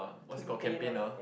what is it call campaigner